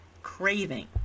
craving